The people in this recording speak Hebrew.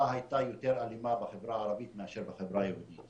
הייתה יותר אלימה בחברה הערבית מאשר בחברה היהודית